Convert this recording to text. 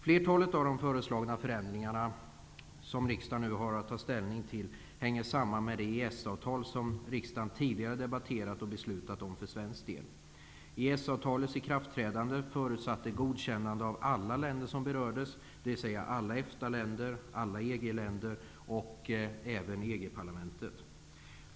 Flertalet av de föreslagna förändringarna, som riksdagen nu har att ta ställning till, hänger samman med det EES-avtal som riksdagen tidigare debatterat och beslutat om för svensk del. EES avtalets ikraftträdande förutsatte godkännande av alla länder som berördes, dvs. alla EFTA-länder och alla EG-länder samt även EG-parlamentet.